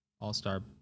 all-star